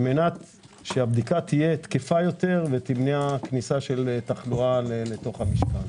כדי שהבדיקה תהיה תקפה יותר ותמנע כניסת תחלואה למשכן.